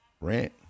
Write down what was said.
rent